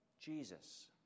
Jesus